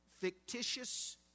fictitious